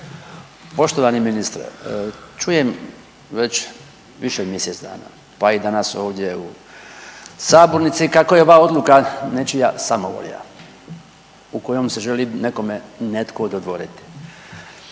Poštovani ministre čujem već više od mjesec dana, pa i danas ovdje u sabornici kako je ova odluka nečija samovolja u kojom se želi nekome netko dodvoriti